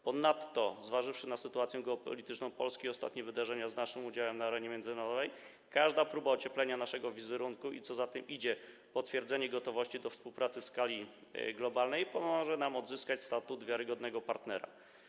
Ponadto, zważywszy na sytuację geopolityczną Polski, ostatnie wydarzenia z naszym udziałem na arenie międzynarodowej, każda próba ocieplenia naszego wizerunku i, co za tym idzie, potwierdzenie gotowości do współpracy w skali globalnej pomoże nam odzyskać status wiarygodnego partnera.